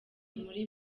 muri